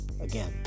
Again